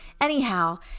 Anyhow